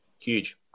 Huge